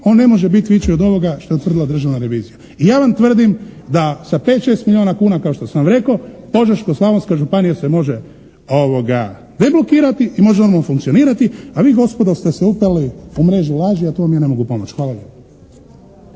on ne može biti veći od ovoga što je utvrdila Državna revizija. Ja vam tvrdim da sa pet, šest milijuna kuna kao što sam rekao Požeško-slavonska županija se može deblokirati i može normalno funkcionirati a vi gospodo ste se upleli u mrežu laži, a tu vam ja ne mogu pomoći. Hvala